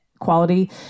Quality